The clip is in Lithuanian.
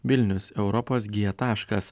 vilnius europos g taškas